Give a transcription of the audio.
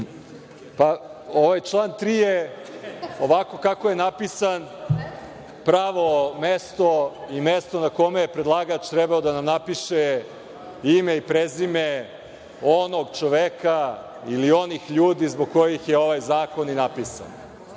član 3. je, ovako kako je napisan, pravo mesto i mesto na kome je predlagač trebao da napiše ime i prezime onog čoveka ili onih ljudi zbog kojih je ovaj zakon i napisan. Znači,